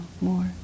more